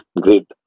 great